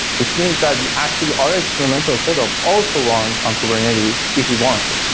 which means that we actually our experimental set up also runs on kubernetes if we want to.